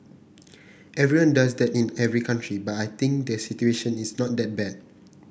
everyone does that in every country but I think the situation is not that bad